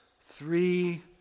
three